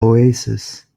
oasis